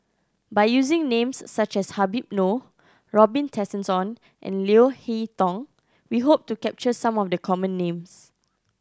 by using names such as Habib Noh Robin Tessensohn and Leo Hee Tong we hope to capture some of the common names